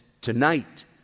tonight